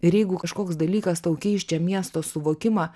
ir jeigu kažkoks dalykas tau keis čia miesto suvokimą